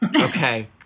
Okay